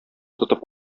тотып